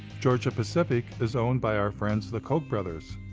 georgia pacific is owned by our friends, the koch brothers,